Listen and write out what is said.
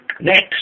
Next